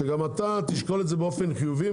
שגם אתה תשקול את זה באופן חיובי,